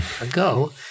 ago